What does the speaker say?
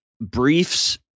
briefs